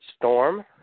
Storm